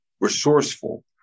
resourceful